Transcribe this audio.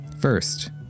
first